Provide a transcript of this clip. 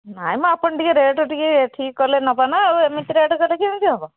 ନାଇଁମ ଆପଣ ଟିକିଏ ରେଟ୍ ଟିକିଏ ଠିକ୍ କଲେ ନେବା ନା ଆଉ ଏମିତି ରେଟ୍ କଲେ କେମିତି ହେବ